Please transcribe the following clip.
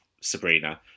Sabrina